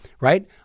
right